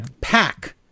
Pack